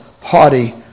haughty